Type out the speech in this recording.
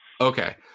Okay